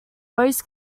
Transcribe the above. always